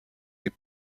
des